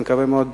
אני מקווה מאוד,